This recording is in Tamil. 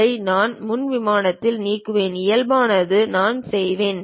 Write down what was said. இதை நான் முன் விமானத்தில் நீக்குவேன் இயல்பானது நான் செல்வேன்